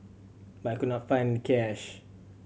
but I could not find cash